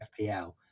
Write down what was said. FPL